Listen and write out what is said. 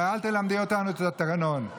ואל תלמדי אותנו את התקנון.